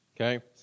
Okay